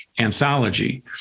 Anthology